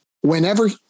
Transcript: whenever